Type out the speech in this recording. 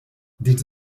dins